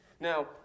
Now